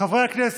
חברי הכנסת,